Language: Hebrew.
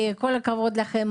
כל הכבוד לכם.